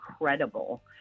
incredible